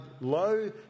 low